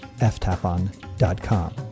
ftapon.com